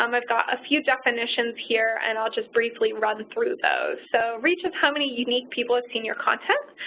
um i've got a few definitions here and i'll just briefly run through those. so reach how many unique people have seen your content.